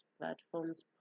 platforms